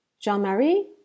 Jean-Marie